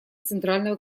центрального